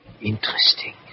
Interesting